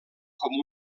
com